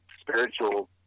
spiritual